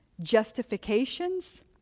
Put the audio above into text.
justifications